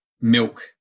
milk